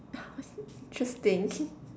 interesting